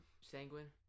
Sanguine